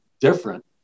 different